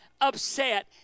upset